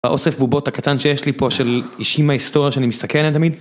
האוסף בובות הקטן שיש לי פה של אישים מההיסטוריה שאני מסתכל עליהם תמיד